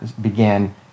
began